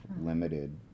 limited